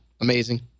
Amazing